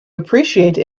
appreciate